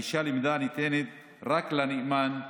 הגישה למידע ניתנת רק לנאמן,